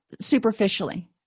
superficially